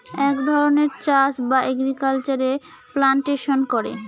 এক ধরনের চাষ বা এগ্রিকালচারে প্লান্টেশন করে